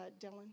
Dylan